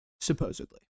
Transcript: supposedly